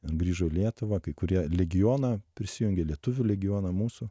grįžo į lietuvą kai kurie legioną prisijungė lietuvių legioną mūsų